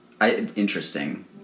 interesting